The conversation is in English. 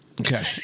Okay